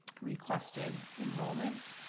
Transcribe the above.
requested enrollments.